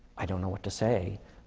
i don't know what to say.